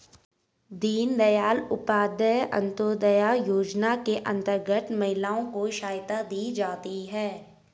दीनदयाल उपाध्याय अंतोदय योजना के अंतर्गत महिलाओं को सहायता दी जाती है